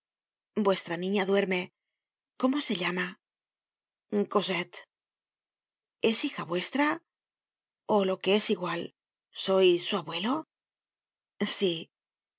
vuestra niña duerme cómo se llama cosette es hija vuestra o lo que es igual sois su abuelo sí